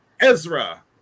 Ezra